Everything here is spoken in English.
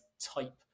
type